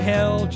Hell